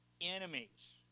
enemies